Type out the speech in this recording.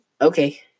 Okay